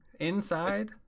inside